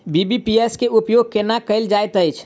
BBPS केँ उपयोग केना कएल जाइत अछि?